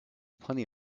plenty